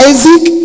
Isaac